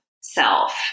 self